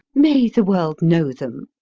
may the world know them?